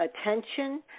attention